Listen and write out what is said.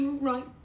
Right